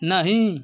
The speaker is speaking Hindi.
नहीं